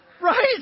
Right